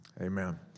amen